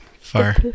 far